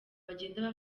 bagenda